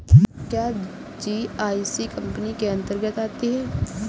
क्या GIC company इसके अन्तर्गत आती है?